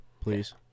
please